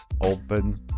open